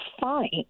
fine